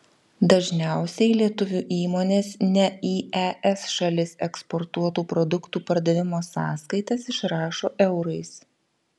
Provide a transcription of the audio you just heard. dažniausiai lietuvių įmonės ne į es šalis eksportuotų produktų pardavimo sąskaitas išrašo eurais